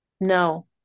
No